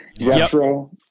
retro